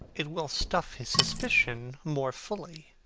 it will stuff his suspicion more fully